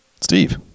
Steve